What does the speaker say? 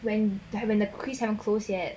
when when the quiz haven't close yet